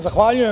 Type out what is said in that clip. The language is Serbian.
Zahvaljujem.